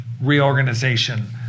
reorganization